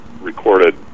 recorded